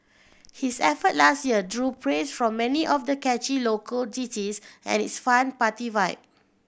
his effort last year drew praise from many of the catchy local ditties and its fun party vibe